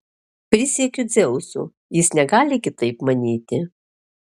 prisiekiu dzeusu jis negali kitaip manyti